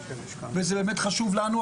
וזה באמת חשוב לנו,